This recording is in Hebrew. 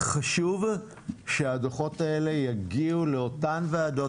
חשוב שהדו"חות האלה יגיעו לאותן ועדות,